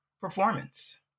performance